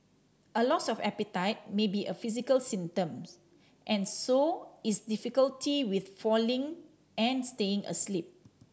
a loss of appetite may be a physical symptom and so is difficulty with falling and staying asleep